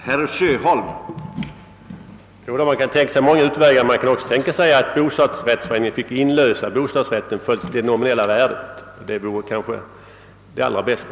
Herr talman! Jo, man kan tänka sig många utvägar, även att bostadsrättsföreningen t.ex. fick inlösa bostadsrätten till det nominella värdet. Det vore kanske det allra bästa.